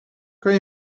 kan